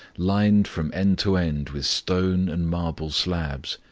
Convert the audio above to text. lined from end to end with stone and marble slabs,